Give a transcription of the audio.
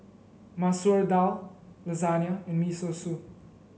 Masoor Dal Lasagna and Miso Soup